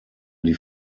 die